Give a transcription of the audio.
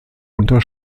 unter